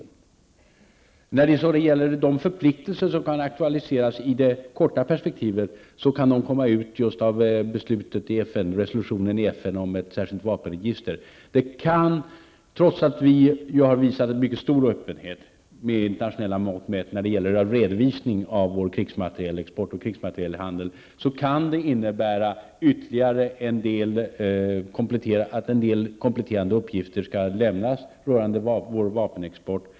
När det gäller de förpliktelser som kan aktualiseras i det korta perspektivet kan de komma som ett resultat just av resolutionen i FN om ett särskilt vapenregister. Trots att vi har visat en mycket stor öppenhet med internationella mått mätt när det gäller redovisning av vår krigsmaterielexport och krigsmaterielhandel, kan det innebära att ytterligare en del kompletterande uppgifter skall lämnas rörande vår vapenexport.